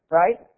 right